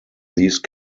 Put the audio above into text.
these